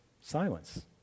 Silence